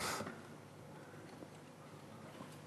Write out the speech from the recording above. אכן,